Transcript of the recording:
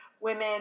women